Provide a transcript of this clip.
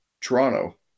Toronto